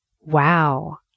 Wow